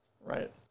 Right